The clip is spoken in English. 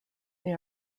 they